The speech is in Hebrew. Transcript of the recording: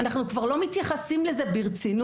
אנחנו כבר לא מתייחסים לזה ברצינות.